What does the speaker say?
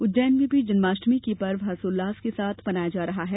उज्जैन में भी जन्माष्टमी की पर्व हर्षोल्लास के साथ मनाया जा रहा है